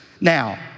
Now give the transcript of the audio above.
Now